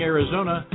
Arizona